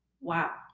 wow